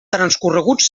transcorreguts